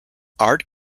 art